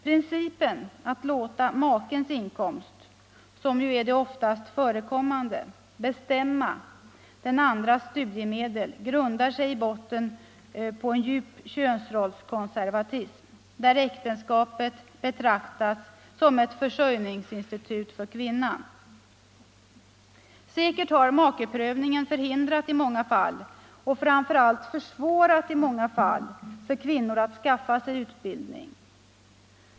Principen att låta makens inkomst, som ju är det oftast förekommande, bestämma den andras studiemedel grundar sig i botten på djup könsrollskonservatism, där äktenskapet betraktas som ett försörjningsinstitut för kvinnan. Säkert har makeprövningen i många fall förhindrat och framför allt i många fall försvårat för kvinnor att skaffa sig utbildning.